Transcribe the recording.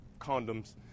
condoms